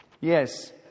Yes